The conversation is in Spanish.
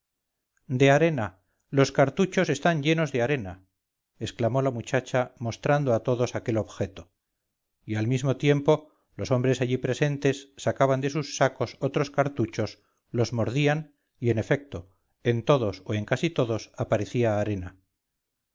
de arena los cartuchos están llenos de arena exclamó la muchacha mostrando a todos aquel objeto y al mismo tiempo los hombres allí presentes sacaban de sus sacos otros cartuchos losmordían y en efecto en todos o en casi todos aparecía arena